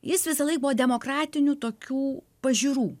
jis visąlaik buvo demokratinių tokių pažiūrų